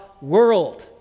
world